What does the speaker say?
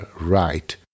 right